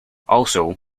also